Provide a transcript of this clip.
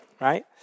right